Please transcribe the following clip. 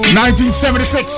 1976